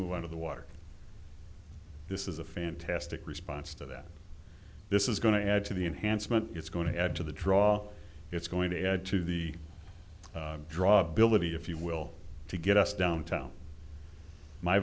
move out of the water this is a fantastic response to that this is going to add to the enhancement it's going to add to the draw it's going to add to the draw a billet if you will to get us downtown my